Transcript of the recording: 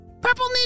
Purple